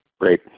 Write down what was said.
Great